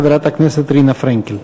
חברת הכנסת רינה פרנקל.